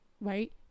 right